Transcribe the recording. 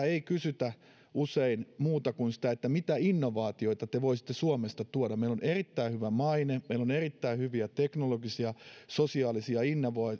ei kysytä usein muuta kuin sitä että mitä innovaatioita te voisitte suomesta tuoda meillä on erittäin hyvä maine meillä on erittäin hyviä teknologisia sosiaalisia